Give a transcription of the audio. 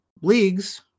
leagues